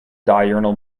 diurnal